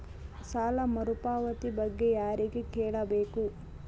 ಸಾಲ ಮರುಪಾವತಿ ಬಗ್ಗೆ ಯಾರಿಗೆ ಕೇಳಬೇಕು?